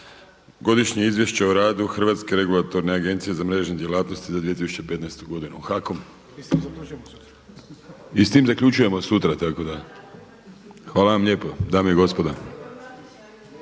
Godišnje izvješće o radu Hrvatske regulatorne agencije za mrežne djelatnosti za 2015. godinu HAKOM i s tim zaključujemo sutra. Hvala vam lijepo dame i gospodo.